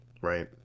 right